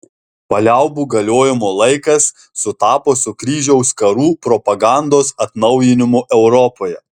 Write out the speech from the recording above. paliaubų galiojimo laikas sutapo su kryžiaus karų propagandos atnaujinimu europoje